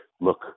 look